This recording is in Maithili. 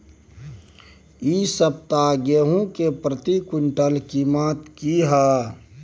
इ सप्ताह गेहूं के प्रति क्विंटल कीमत की हय?